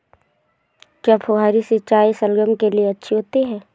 क्या फुहारी सिंचाई शलगम के लिए अच्छी होती है?